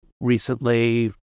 recently